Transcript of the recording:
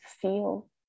feel